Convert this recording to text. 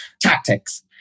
tactics